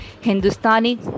Hindustani